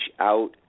out